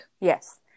Yes